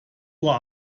uhr